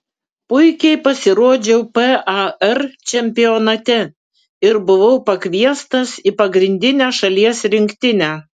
puikiai pasirodžiau par čempionate ir buvau pakviestas į pagrindinę šalies rinktinę